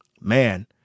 man